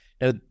Now